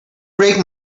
break